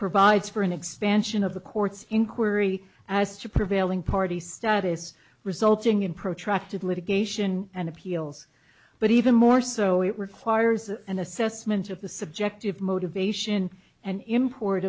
provides for an expansion of the court's inquiry as to prevailing party status resulting in protracted litigation and appeals but even more so it requires an assessment of the subjective motivation and import